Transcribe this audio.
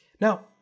Now